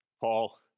Paul